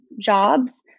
jobs